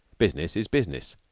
business is business,